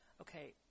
okay –